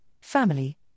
family